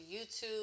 YouTube